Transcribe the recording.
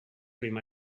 cream